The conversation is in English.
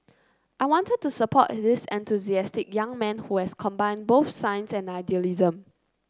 I wanted to support this enthusiastic young man who has combined both science and idealism